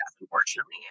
unfortunately